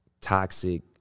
toxic –